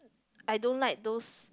I don't like those